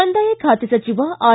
ಕಂದಾಯ ಖಾತೆ ಸಚಿವ ಆರ್